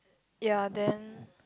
ya then